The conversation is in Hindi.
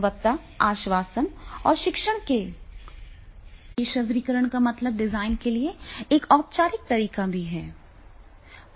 गुणवत्ता आश्वासन और शिक्षण के पेशेवरीकरण का मतलब डिजाइन के लिए एक औपचारिक तरीका भी है